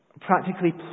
Practically